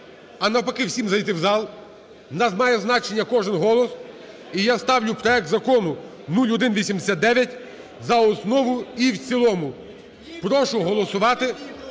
а навпаки всім зайти в зал. В нас має значення кожен голос. І я ставлю проект Закону 0189 за основу і в цілому. Прошу голосувати,